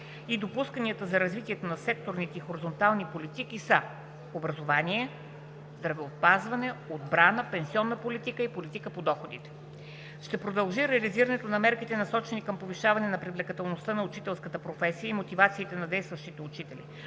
и допускания за развитие на секторните и хоризонталните политики, са: образованието, здравеопазването, отбраната, пенсионната политика и политиката по доходите. Ще продължи реализирането на мерките, насочени към повишаване на привлекателността на учителската професия и мотивацията на действащите учители.